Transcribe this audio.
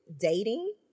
dating